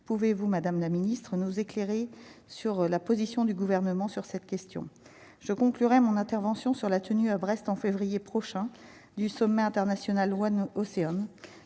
pouvez-vous, Madame la Ministre, nous éclairer sur la position du gouvernement sur cette question, je conclurai mon intervention sur la tenue à Brest en février prochain du sommet international One Océan,